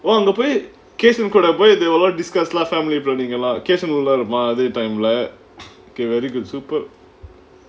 அங்க போய்:anga poi cousin கூட போய்:kuda poi they'll all discuss famliy planning and all cousin உள்ள இருப்பான் அதே:ulla iruppaan athae time lah okay very good super